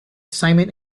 simon